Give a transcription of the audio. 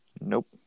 Nope